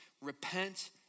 repent